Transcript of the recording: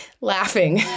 laughing